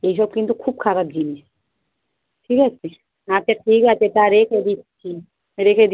এই সব কিন্তু খুব খারাপ জিনিস ঠিক আছে আচ্ছা ঠিক আছে তা রেখে দিচ্ছি রেখে দিই